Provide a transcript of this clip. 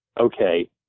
okay